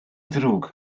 ddrwg